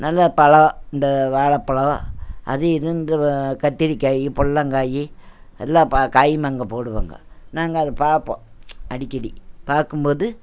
நல்ல பழம் இந்த வாழப்பழம் அது இதுங்கிற கத்திரிக்காய் பொடலங்காய் எல்லா பா காயும் அங்கே போடுவாங்க நாங்கள் அதை பார்ப்போம் அடிக்கடி பார்க்கும்போது